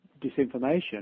disinformation